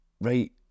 right